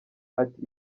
ati